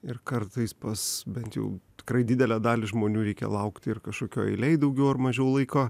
ir kartais pas bent jau tikrai didelę dalį žmonių reikia laukti ir kažkokioj eilėj daugiau ar mažiau laiko